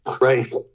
Right